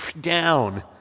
down